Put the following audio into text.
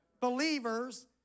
Believers